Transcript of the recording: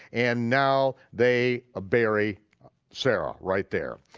and now they ah bury sarah right there.